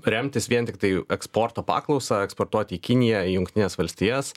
remtis vien tiktai eksporto paklausa eksportuoti į kiniją jungtines valstijas